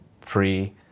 free